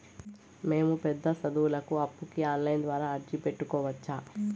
మేము పెద్ద సదువులకు అప్పుకి ఆన్లైన్ ద్వారా అర్జీ పెట్టుకోవచ్చా?